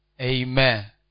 Amen